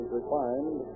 refined